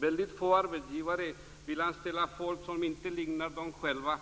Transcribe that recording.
Väldigt få arbetsgivare vill anställa folk som inte liknar dem själva.